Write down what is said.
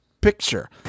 picture